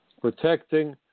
Protecting